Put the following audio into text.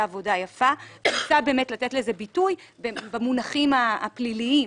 עבודה יפה וניסה לתת לכך ביטוי במונחים הפליליים.